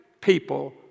people